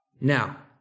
Now